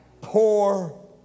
poor